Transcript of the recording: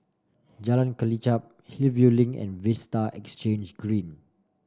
Jalan Kelichap Hillview Link and Vista Exhange Green